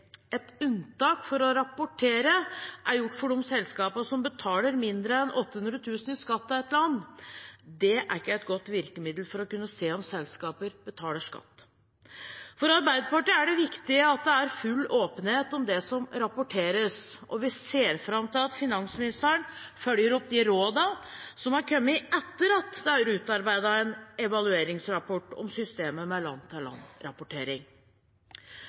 Et unntak fra å rapportere er gjort for de selskapene som betaler mindre enn 800 000 kr i skatt til et land. Det er ikke et godt virkemiddel for å kunne se om selskaper betaler skatt. For Arbeiderpartiet er det viktig at det er full åpenhet om det som rapporteres, og vi ser fram til at finansministeren følger opp de råd som er kommet etter at det er utarbeidet en evalueringsrapport om systemet med